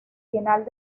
final